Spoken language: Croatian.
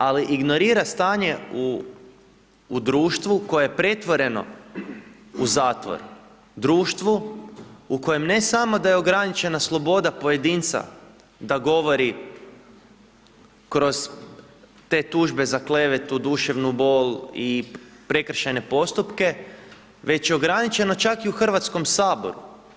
Ali ignorira stanje u društvu koje je pretvoreno u zatvor, društvu u kojem ne samo da je ograničena sloboda pojedinca da govori kroz te tužbe za klevetu, duševnu bol i prekršajne postupke već je ograničeno čak i u Hrvatskom saboru.